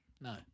No